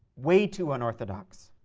way too unorthodox.